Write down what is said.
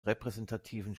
repräsentativen